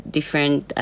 different